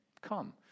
come